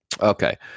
Okay